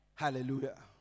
Hallelujah